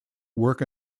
work